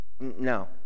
No